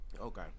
Okay